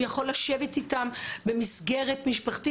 הוא יכול לשבת איתם במסגרת משפחתית.